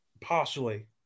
Partially